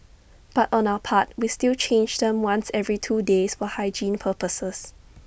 but on our part we still change them once every two days for hygiene purposes